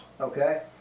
okay